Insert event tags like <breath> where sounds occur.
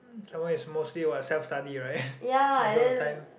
that one is mostly what self study [right] <breath> most of the time